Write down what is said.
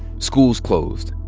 schools closed.